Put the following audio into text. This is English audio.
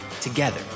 Together